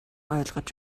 ойлгож